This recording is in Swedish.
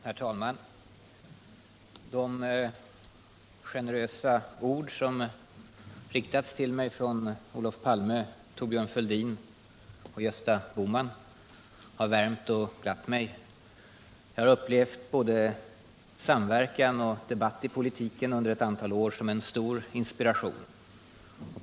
Herr talman! De generösa ord som riktats till mig av Olof Palme, Thorbjörn Fälldin och Gösta Bohman har värmt och glatt mig. Jag har upplevt både samverkan och debatt i politiken under ett antal år som en stor inspiration.